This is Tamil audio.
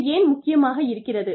இது ஏன் முக்கியமாக இருக்கிறது